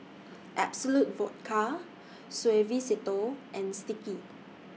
Absolut Vodka Suavecito and Sticky